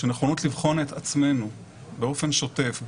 שנכונות לבחון את עצמנו באופן שוטף,